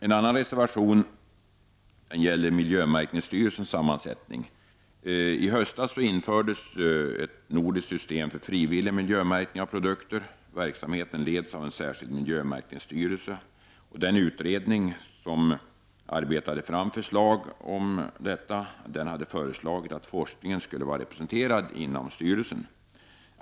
En annan reservation gäller miljömärkningsstyrelsens sammansättning. I höstas infördes ett nordiskt system för frivillig miljömärkning av produkter. Verksamheten leds av en särskild miljömärkningsstyrelse. Den utredning som arbetade fram förslag om detta hade föreslagit att forskningen skulle vara representerad inom styrelsen.